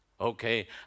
Okay